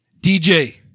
DJ